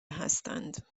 هستند